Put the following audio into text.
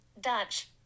Dutch